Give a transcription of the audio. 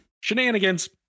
Shenanigans